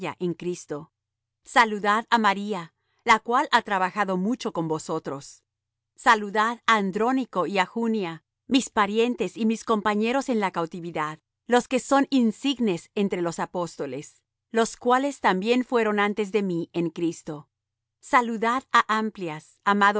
en cristo saludad á maría la cual ha trabajado mucho con vosotros saludad á andrónico y á junia mis parientes y mis compañeros en la cautividad los que son insignes entre los apóstoles los cuales también fueron antes de mí en cristo saludad á amplias